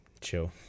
chill